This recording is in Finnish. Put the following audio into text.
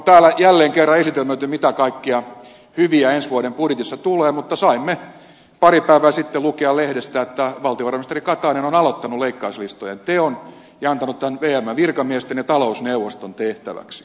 täällä on jälleen kerran esitelmöity mitä kaikkea hyviä ensi vuoden budjetissa tulee mutta saimme pari päivää sitten lukea lehdestä että valtiovarainministeri katainen on aloittanut leikkauslistojen teon ja antanut tämän vmn virkamiesten ja talousneuvoston tehtäväksi